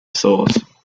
source